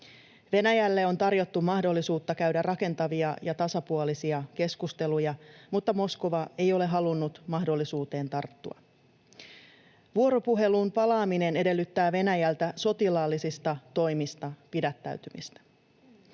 Venäjälle on tarjottu mahdollisuutta käydä rakentavia ja tasapuolisia keskusteluja, mutta Moskova ei ole halunnut mahdollisuuteen tarttua. Vuoropuheluun palaaminen edellyttää Venäjältä sotilaallisista toimista pidättäytymistä.